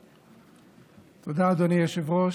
תודה, אדוני היושב-ראש.